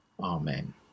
Amen